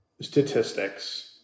statistics